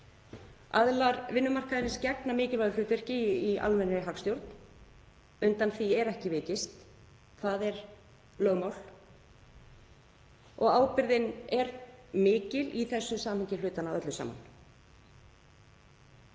Aðilar vinnumarkaðarins gegna mikilvægu hlutverki í almennri hagstjórn. Undan því er ekki vikist. Það er lögmál. Ábyrgðin er mikil í þessu samhengi hlutanna öllu saman.